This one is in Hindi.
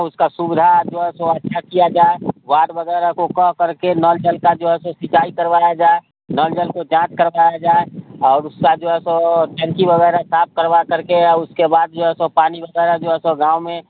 उसका सुविधा जो है सो अच्छा किया जाए वाड वगैरह को कह कर के नल जल का जो है सो सिंचाई करवाया जाए नल जल को जांच करवाया जाए और उसका जो है सो टंकी वगैरह साफ करवा करके आ उसके बाद जो है सो पानी वगैरह जो है सो गाँव में